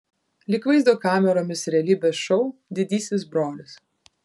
lyg vaizdo kameromis realybės šou didysis brolis